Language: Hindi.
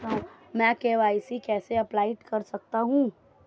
मैं के.वाई.सी कैसे अपडेट कर सकता हूं?